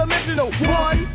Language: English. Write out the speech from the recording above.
One